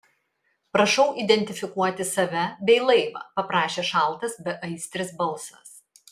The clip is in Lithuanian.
prašau identifikuoti save bei laivą paprašė šaltas beaistris balsas